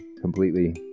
completely